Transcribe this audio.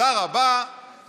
תודה רבה,